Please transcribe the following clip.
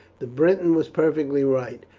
the briton was perfectly right.